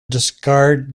discard